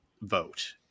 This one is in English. vote